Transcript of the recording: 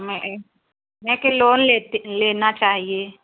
मैं मैं के लोन लेती लेना चाहिए